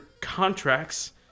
Contracts